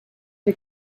who